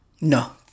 No